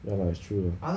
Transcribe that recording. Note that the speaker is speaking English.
ya lah true lah